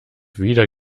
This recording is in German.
wieder